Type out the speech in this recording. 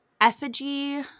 effigy